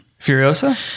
Furiosa